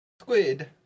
Squid